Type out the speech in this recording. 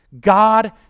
God